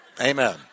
Amen